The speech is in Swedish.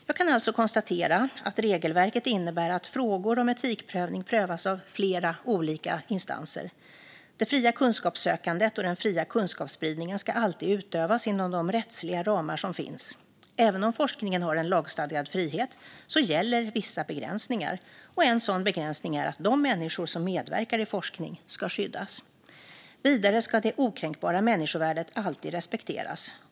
Jag kan alltså konstatera att regelverket innebär att frågor om etikprövning prövas av flera olika instanser. Det fria kunskapssökandet och den fria kunskapsspridningen ska alltid utövas inom de rättsliga ramar som finns. Även om forskningen har en lagstadgad frihet gäller vissa begränsningar. En sådan begränsning är att de människor som medverkar i forskning ska skyddas. Vidare ska det okränkbara människovärdet alltid respekteras.